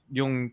yung